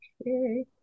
okay